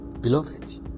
Beloved